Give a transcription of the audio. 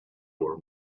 were